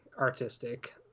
artistic